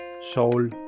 soul